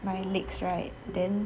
my legs right then